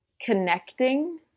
connecting